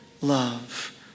love